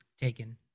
taken